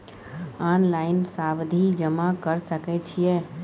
Online सावधि जमा कर सके छिये?